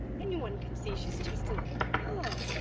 anyone can see she's just a little girl.